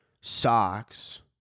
socks